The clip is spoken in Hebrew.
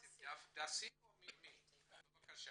בבקשה.